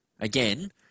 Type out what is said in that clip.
again